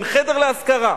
אין חדר להשכרה.